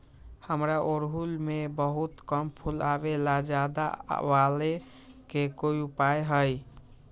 हमारा ओरहुल में बहुत कम फूल आवेला ज्यादा वाले के कोइ उपाय हैं?